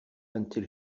until